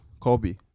Kobe